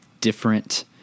different